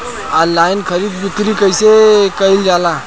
Online खरीद बिक्री कइसे कइल जाला?